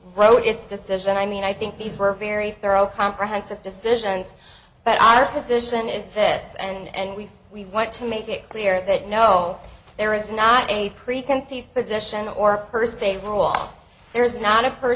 wrote its decision i mean i think these were very thorough comprehensive decisions but our position is this and we want to make it clear that no there is not a preconceived position or per se rule there's not a per